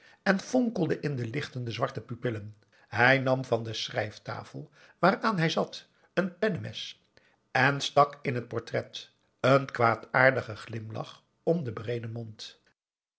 en fonkelde in de lichtende zwarte pupillen hij nam van de schrijftafel waaraan hij zat een pennemes en stak in het portret een kwaadaardigen glimlach om den breeden mond